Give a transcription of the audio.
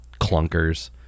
clunkers